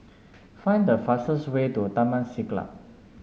find the fastest way to Taman Siglap